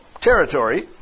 territory